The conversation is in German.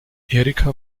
erika